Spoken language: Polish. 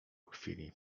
chwili